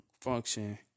function